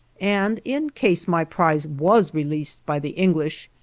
and in case my prize was released by the english,